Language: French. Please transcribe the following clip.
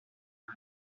par